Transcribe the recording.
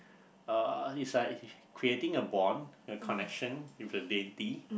uh it's like creating a bond a connection with a deity